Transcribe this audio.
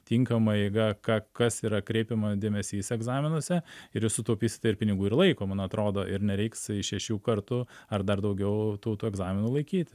tinkama eiga ką kas yra kreipiama dėmesys egzaminuose ir jūs sutaupysite ir pinigų ir laiko man atrodo ir nereiks iš šešių kartų ar dar daugiau tų tų egzaminų laikyti